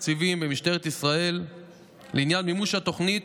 תקציבים במשטרת ישראל לעניין מימוש התוכנית,